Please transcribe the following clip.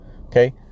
Okay